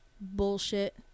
bullshit